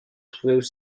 trouvaient